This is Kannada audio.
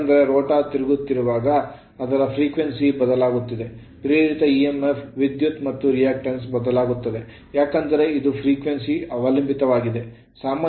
ಏಕೆಂದರೆ ರೋಟರ್ ತಿರುಗುತ್ತಿರುವಾಗ ಅದರ frequency ಆವರ್ತನ ಬದಲಾಗುತ್ತಿದೆ ಪ್ರೇರಿತ emf ವಿದ್ಯುತ್ ಮತ್ತು reactance ಪ್ರತಿಕ್ರಿಯೆಯೂ ಬದಲಾಗುತ್ತದೆ ಏಕೆಂದರೆ ಇದು frequency ಆವರ್ತನ ಅವಲಂಬಿತವಾಗಿದೆ